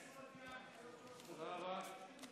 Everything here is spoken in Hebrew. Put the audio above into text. אלי, אסור על פי ההנחיות,